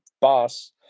boss